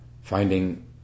finding